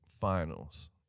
Finals